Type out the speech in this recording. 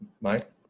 Mike